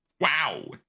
wow